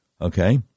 Okay